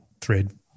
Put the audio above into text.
thread